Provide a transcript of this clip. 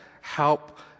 help